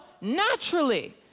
Naturally